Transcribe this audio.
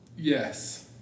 Yes